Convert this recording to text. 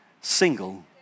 single